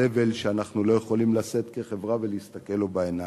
סבל שאנחנו לא יכולים לשאת כחברה ולהסתכל לו בעיניים.